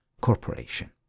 corporation